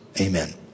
Amen